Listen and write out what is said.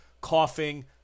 coughing